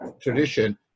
tradition